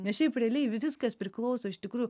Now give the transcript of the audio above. nes šiaip realiai viskas priklauso iš tikrųjų